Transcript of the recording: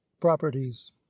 properties